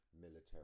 military